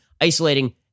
isolating